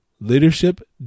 leadership